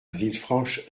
villefranche